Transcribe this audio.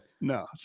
No